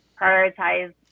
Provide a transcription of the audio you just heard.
prioritize